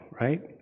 right